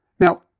Now